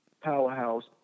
powerhouse